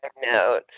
note